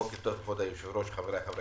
בוקר טוב, כבוד היושב-ראש, חבריי חברי